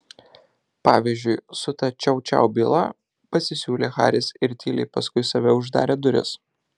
pavyzdžiui su ta čiau čiau byla pasisiūlė haris ir tyliai paskui save uždarė duris